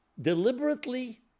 Deliberately